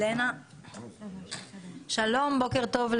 בוקר טוב,